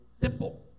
Simple